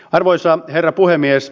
arvoisa herra puhemies